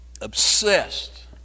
obsessed